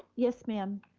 yes ma'am.